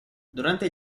durante